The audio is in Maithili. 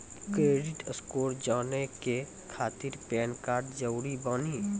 क्रेडिट स्कोर जाने के खातिर पैन कार्ड जरूरी बानी?